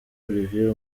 olivier